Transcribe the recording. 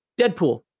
Deadpool